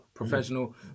Professional